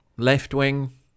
Left-wing